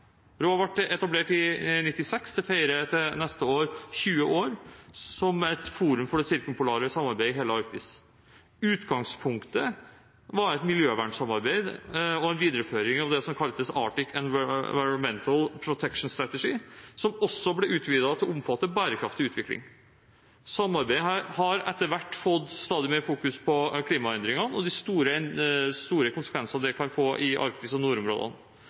råd har vært en suksess for Norge. Rådet ble etablert i 1996. Det feirer til neste år 20 år som et forum for det sirkumpolare samarbeidet i hele Arktis. Utgangspunktet var et miljøvernsamarbeid og en videreføring av det som kaltes The Arctic Environmental Protection Strategy, som også ble utvidet til å omfatte bærekraftig utvikling. Samarbeidet har etter hvert fått stadig mer fokus på klimaendringene og de store konsekvensene det kan få i Arktis og nordområdene.